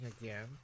again